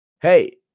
Hey